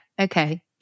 okay